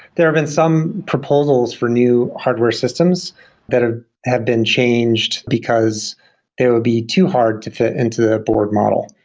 there have been some proposals for new hardware systems that ah have been changed, because they would be too hard to fit into the board model.